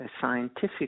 scientific